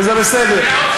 וזה בסדר.